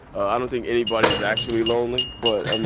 i don't think anybody was actually lonely, but,